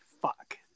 fuck